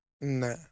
Nah